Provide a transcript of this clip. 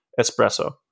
Espresso